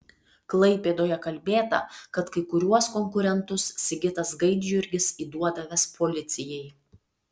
klaipėdoje kalbėta kad kai kuriuos konkurentus sigitas gaidjurgis įduodavęs policijai